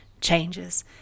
changes